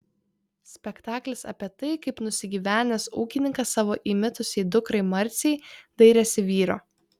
spektaklis apie tai kaip nusigyvenęs ūkininkas savo įmitusiai dukrai marcei dairėsi vyro